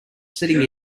sitting